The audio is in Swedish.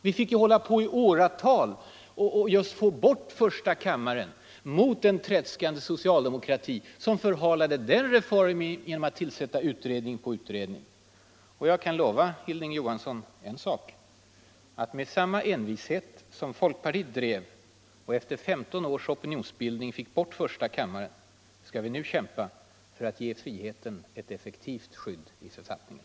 Vi fick hålla på i åratal för att få bort första kammaren mot en tredskande socialdemokrati som förhalade den reformen genom att tillsätta utredning på utredning. Jag kan lova Hilding Johansson en sak: Med samma envishet som folkpartiet drev frågan om att få bort första kammaren — och efter 15 års opinionsbildning lyckades det — skall vi nu kämpa för att ge friheten ett effektivt skydd i författningen.